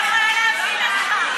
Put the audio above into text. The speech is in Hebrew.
אני לא יכולה להבין אותך.